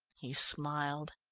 he smiled.